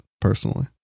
personally